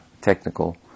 technical